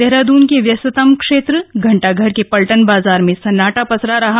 देहरादून के व्यस्तम क्षेत्र घंटाघर के पलटन बाजार में सन्नाटा पसरा रहा